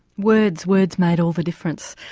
words words made all the difference.